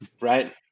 Right